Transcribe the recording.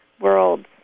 worlds